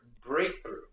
breakthrough